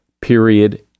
Period